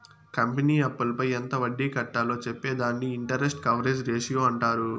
company అప్పులపై ఎంత వడ్డీ కట్టాలో చెప్పే దానిని ఇంటరెస్ట్ కవరేజ్ రేషియో అంటారు